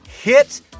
Hit